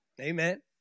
amen